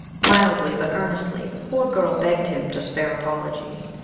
mildly but earnestly the poor girl begged him to spare apologies.